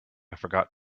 forgot